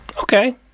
Okay